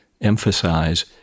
emphasize